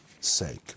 sake